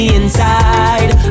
inside